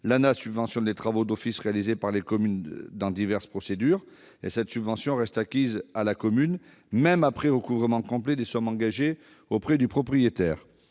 l'ANAH subventionne les travaux d'office réalisés par les communes au titre de diverses procédures, et cette subvention reste acquise à la commune, même après recouvrement complet des sommes engagées auprès du propriétaire.